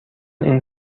این